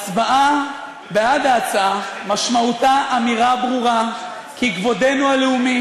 הצבעה בעד ההצעה משמעותה אמירה ברורה כי כבודנו הלאומי